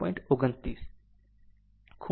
29 ખૂણો 36